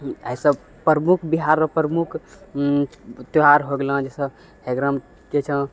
ऐसे प्रमुख बिहारके प्रमुख त्यौहार हो गेलौँ जैसे एकरामे कि होइ छौँ